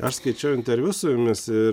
aš skaičiau interviu su jumis ir